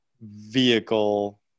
vehicle